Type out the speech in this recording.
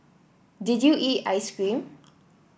did you eat ice cream